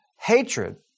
hatred